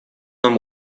нам